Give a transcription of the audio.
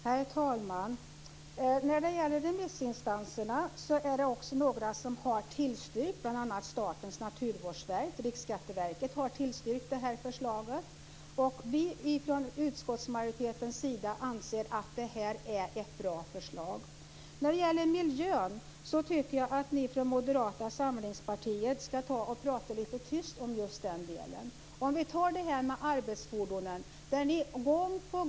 Herr talman! När det gäller remissinstanserna är det också några som har tillstyrkt det här förslaget, bl.a. Statens naturvårdsverk och Riksskatteverket. Vi i utskottsmajoriteten anser att det här är ett bra förslag. När det gäller miljön tycker jag att ni från Moderata samlingspartiet skall prata litet tyst om just den delen. Låt oss ta det här med arbetsfordonen.